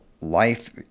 life